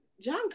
John